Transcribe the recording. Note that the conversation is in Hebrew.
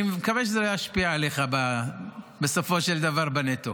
אני מקווה שזה לא ישפיע עליך בסופו של דבר בנטו.